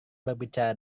berbicara